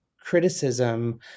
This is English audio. criticism